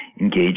engage